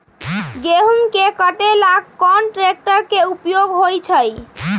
गेंहू के कटे ला कोंन ट्रेक्टर के उपयोग होइ छई?